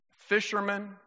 fishermen